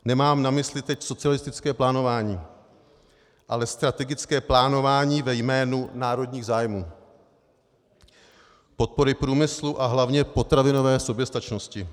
Nemám na mysli teď socialistické plánování, ale strategické plánování ve jménu národních zájmů, podpory průmyslu a hlavně potravinové soběstačnosti.